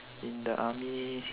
in the army